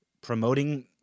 promoting